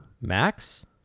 Max